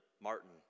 Martin